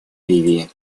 ливии